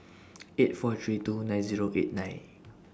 eight four three two nine Zero eight nine